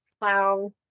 clown